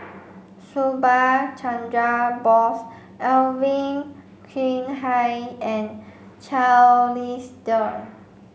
Subha Chandra Bose Alvin Yeo Khirn Hai and Charles Dyce